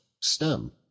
stem